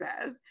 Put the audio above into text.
says